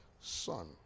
son